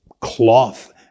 cloth